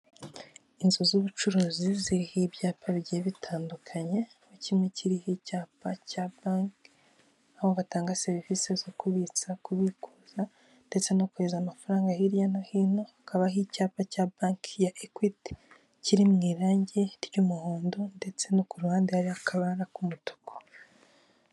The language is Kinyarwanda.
Inzu z'ubucuruzi ziriho ibyapa bigiye bitandukanye nka kimwe kiriho icyapa cya banki aho batanga serivisi zo kubitsa, kubikuza ndetse no kohereza amafaranga hirya no hino hakabaho icyapa cya banki ya Ekwiti kiri mu irangi ry'umuhondo ndetse no ku ruhande hariho akabara k'umutuku.